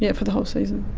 yeah for the whole season.